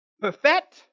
perfect